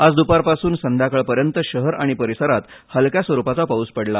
आज दुपारपासून संध्याकाळपर्यंत शहर आणि परिसरात हलक्या स्वरूपाचा पाऊस पडला